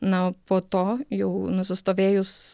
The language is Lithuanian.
na po to jau nusistovėjus